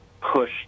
push